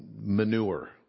manure